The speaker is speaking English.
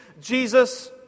Jesus